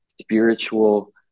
spiritual